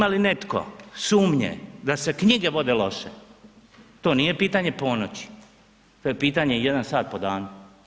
Ima li netko sumnje da se knjige vode loše, to nije pitanje ponoći, to je pitanje 1 sat po danu.